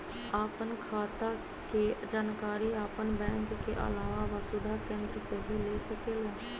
आपन खाता के जानकारी आपन बैंक के आलावा वसुधा केन्द्र से भी ले सकेलु?